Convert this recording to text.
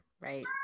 right